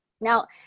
Now